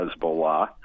Hezbollah